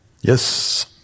Yes